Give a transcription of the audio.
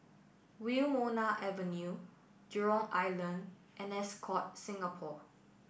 Wilmonar Avenue Jurong Island and Ascott Singapore